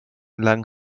lang